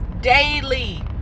daily